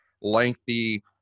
lengthy